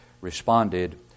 responded